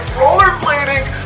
rollerblading